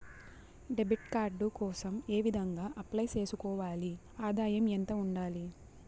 Debit card కోసం ఏ విధంగా అప్లై సేసుకోవాలి? ఆదాయం ఎంత ఉండాలి?